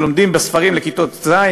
שלומדים בספרים לכיתות ז',